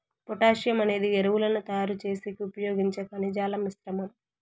potassium అనేది ఎరువులను తయారు చేసేకి ఉపయోగించే ఖనిజాల మిశ్రమం